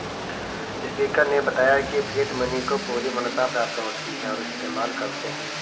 speaker ने बताया की फिएट मनी को पूरी मान्यता प्राप्त होती है और इस्तेमाल करते है